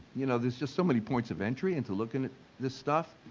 you know, there's just so many points of entry and to looking at this stuff.